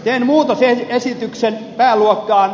jäänmurtajien esityksen pääluokkaan